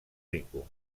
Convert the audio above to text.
rico